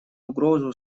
угрозу